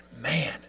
man